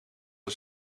een